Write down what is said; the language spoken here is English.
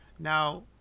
now